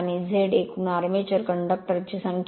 आणि झेड एकूण armature conductor ची संख्या